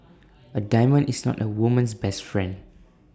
A diamond is not A woman's best friend